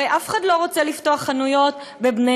הרי אף אחד לא רוצה לפתוח חנויות בבני-ברק,